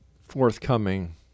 forthcoming